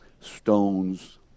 stones